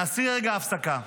תעשי רגע הפסקה,